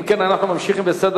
אם כן, אנחנו ממשיכים בסדר-היום.